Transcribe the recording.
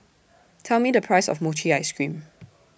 Tell Me The Price of Mochi Ice Cream